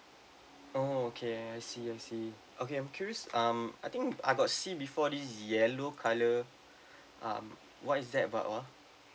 oh okay I see I see okay I'm curious um I think I got see before this yellow colour um what is that about ah